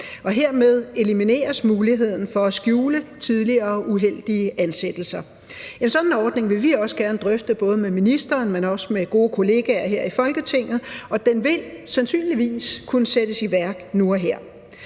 og hermed elimineres muligheden for at skjule tidligere uheldige ansættelser. En sådan ordning vil vi også gerne drøfte med både ministeren, men også gode kollegaer her i Folketinget, og den vil sandsynligvis kunne sættes i værk nu og her.